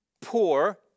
poor